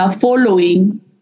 following